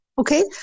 okay